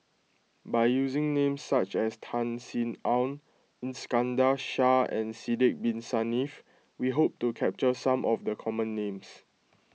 by using names such as Tan Sin Aun Iskandar Shah and Sidek Bin Saniff we hope to capture some of the common names